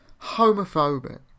homophobic